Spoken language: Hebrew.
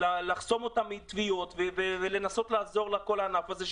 גם לחסום אותם מתביעות ולנסות לעזור לכל הענף הזה,